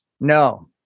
No